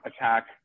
attack